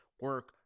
Work